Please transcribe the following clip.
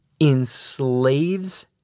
enslaves